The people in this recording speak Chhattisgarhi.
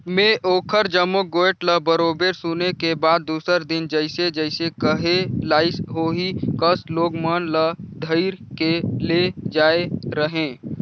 में ओखर जम्मो गोयठ ल बरोबर सुने के बाद दूसर दिन जइसे जइसे कहे लाइस ओही कस लोग मन ल धइर के ले जायें रहें